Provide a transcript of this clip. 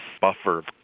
buffer